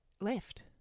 left